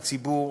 הציבור,